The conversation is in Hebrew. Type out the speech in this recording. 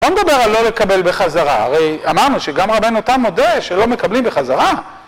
לא מדבר על לא לקבל בחזרה, הרי אמרנו שגם רבינו תם מודה שלא מקבלים בחזרה.